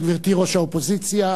תוכן העניינים הצעות